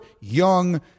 young